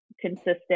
consistent